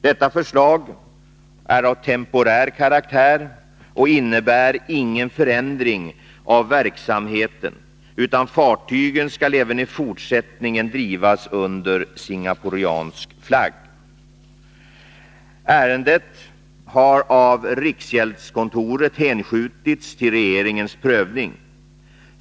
Detta förslag är av temporär karaktär och innebär ingen förändring av verksamheten utan fartygen skall även i fortsättningen drivas under singaporiansk flagg. Ärendet har av riksgäldskontoret hänskjutits till regeringens prövning.